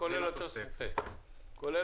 כל הנסיבות שכרגע